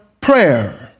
prayer